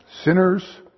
Sinners